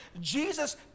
Jesus